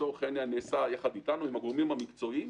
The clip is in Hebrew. נעשה יחד איתנו, עם הגורמים המקצועיים.